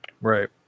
right